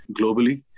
globally